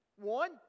One